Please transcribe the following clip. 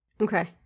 okay